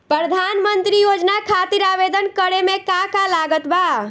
प्रधानमंत्री योजना खातिर आवेदन करे मे का का लागत बा?